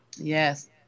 Yes